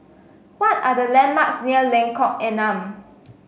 what are the landmarks near Lengkok Enam